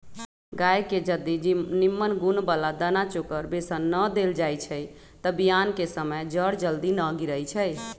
गाय के जदी निम्मन गुण बला दना चोकर बेसन न देल जाइ छइ तऽ बियान कें समय जर जल्दी न गिरइ छइ